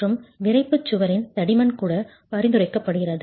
மற்றும் விறைப்பு சுவரின் தடிமன் கூட பரிந்துரைக்கப்படுகிறது